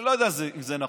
אני לא יודע אם זה נכון,